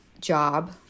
job